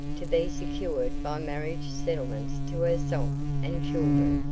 to be secured by marriage settlements to herself and children.